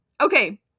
Okay